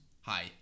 Hi